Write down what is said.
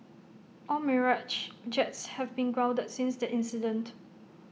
all Mirage jets have been grounded since the incident